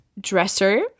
dresser